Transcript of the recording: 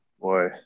Boy